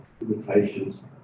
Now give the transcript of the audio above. limitations